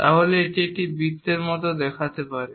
তাহলে এটি একটি বৃত্তের মতো দেখাতে পারে